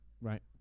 Right